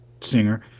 singer